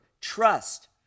trust